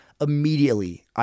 immediately